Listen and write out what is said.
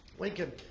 Lincoln